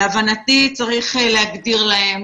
לי נראה המספר הזה קטן מדי.